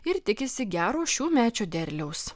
ir tikisi gero šiųmečio derliaus